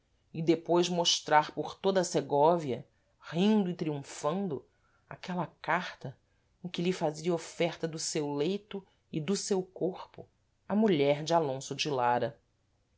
e depois mostrar por toda a segóvia rindo e triunfando aquela carta em que lhe fazia oferta do seu leito e do seu corpo a mulher de alonso de lara